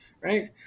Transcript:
right